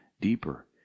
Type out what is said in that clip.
deeper